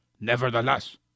Nevertheless